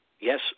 yes